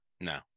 No